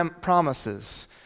promises